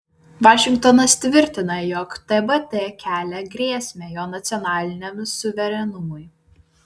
vašingtonas tvirtina jog tbt kelia grėsmę jo nacionaliniam suverenumui